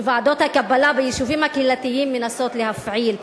שוועדות הקבלה ביישובים הקהילתיים מנסות להפעיל.